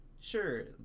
sure